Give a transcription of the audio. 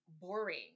boring